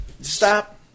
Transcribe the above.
Stop